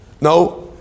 No